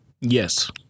Yes